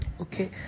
okay